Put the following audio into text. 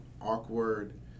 awkward